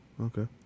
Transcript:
okay